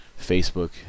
Facebook